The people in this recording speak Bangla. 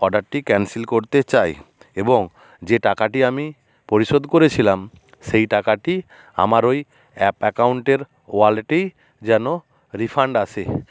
অর্ডারটি ক্যান্সেল করতে চাই এবং যে টাকাটি আমি পরিশোধ করেছিলাম সেই টাকাটি আমার ওই অ্যাপ অ্যাকাউন্টের ওয়ালেটেই যেন রিফাণ্ড আসে